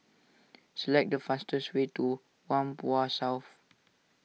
select the fastest way to Whampoa South